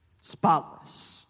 spotless